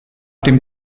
dem